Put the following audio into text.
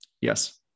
Yes